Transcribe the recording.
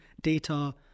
data